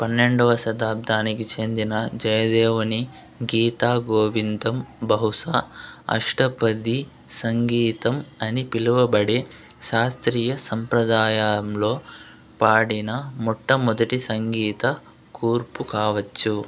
పన్నెండోవ శతాబ్దానికి చెందిన జయదేవుని గీత గోవిందం బహుశా అష్టపదీ సంగీతం అని పిలువబడే శాస్త్రీయ సంప్రదాయంలో పాడిన మొట్టమొదటి సంగీత కూర్పు కావచ్చు